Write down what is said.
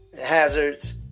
hazards